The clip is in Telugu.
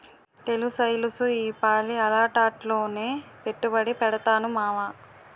తెలుస్తెలుసు ఈపాలి అలాటాట్లోనే పెట్టుబడి పెడతాను మావా